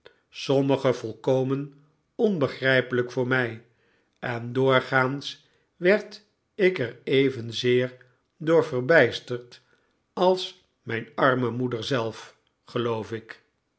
sommige volkomen onbegrijpelijk voor mij en doorgaans werd ik er evenzeer door verbijsterd als mijn arme moeder zelf geloof ik